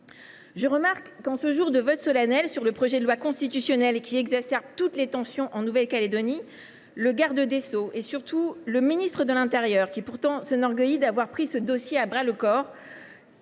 Je remarque qu’en ce jour de vote solennel sur un projet de loi constitutionnelle qui exacerbe toutes les tensions en Nouvelle Calédonie, le garde des sceaux et, surtout, le ministre de l’intérieur, qui s’enorgueillit pourtant d’avoir pris ce dossier à bras le corps,